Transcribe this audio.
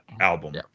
album